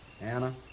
Anna